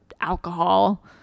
alcohol